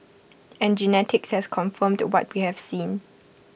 and genetics has confirmed what we have seen